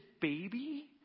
baby